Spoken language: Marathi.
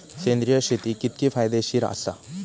सेंद्रिय शेती कितकी फायदेशीर आसा?